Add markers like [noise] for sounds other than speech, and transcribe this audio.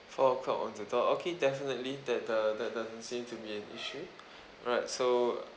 four o'clock on the dot okay definitely that uh that doesn't seem to be an issue [breath] alright so